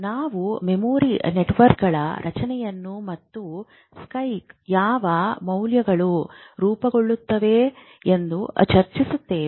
ನಾವು ಮೆಮೊರಿ ನೆಟ್ವರ್ಕ್ಗಳ ರಚನೆಯನ್ನು ಮತ್ತು ಸ್ಪೈಕ್ನ ಯಾವ ಮೌಲ್ಯಗಳು ರೂಪುಗೊಳ್ಳುತ್ತವೆ ಚರ್ಚಿಸುತ್ತೇವೆ